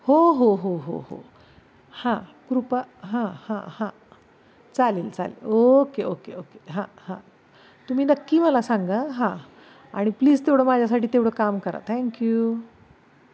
हो हो हो हो हां कृपा हां हां हां चालेल चालेल ओके ओके ओके हां हां तुम्ही नक्की मला सांगा हां आणि प्लीज तेवढं माझ्यासाठी तेवढं काम करा थँक्यू